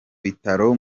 bitaro